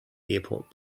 airport